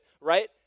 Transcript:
right